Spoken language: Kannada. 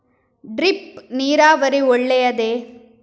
ಡ್ರಿಪ್ ನೀರಾವರಿ ಒಳ್ಳೆಯದೇ?